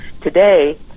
Today